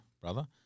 brother